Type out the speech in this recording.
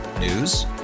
News